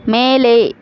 மேலே